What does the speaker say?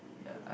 yeah